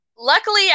luckily